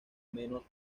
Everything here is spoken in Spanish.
menos